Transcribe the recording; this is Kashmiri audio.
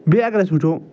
بیٚیہِ اگر اَسہِ وٕچھو